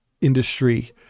industry